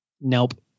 Nope